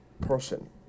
person